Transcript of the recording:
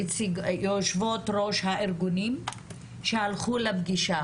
יושבות-ראש הארגונים שהלכו לפגישה,